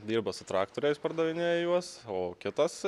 dirba su traktoriais pardavinėja juos o kitas